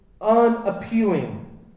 unappealing